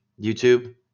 YouTube